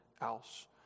else